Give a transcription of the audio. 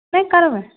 नहि करबै